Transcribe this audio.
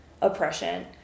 oppression